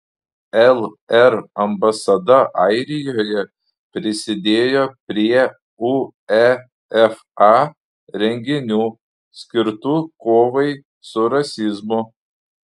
lr ambasada airijoje prisidėjo prie uefa renginių skirtų kovai su rasizmu